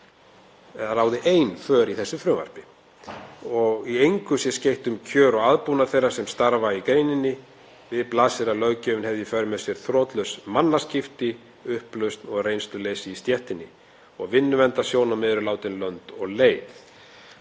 ráði ein för í þessu frumvarpi og að í engu sé skeytt um kjör og aðbúnað þeirra sem starfa í greininni. Við blasir að löggjöfin hefði í för með sér þrotlaus mannaskipti, upplausn og reynsluleysi í stéttinni og vinnuverndarsjónarmið eru látin lönd og leið.